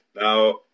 Now